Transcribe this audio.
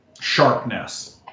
sharpness